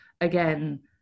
again